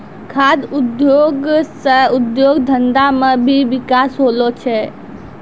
खाद्य उद्योग से उद्योग धंधा मे भी बिकास होलो छै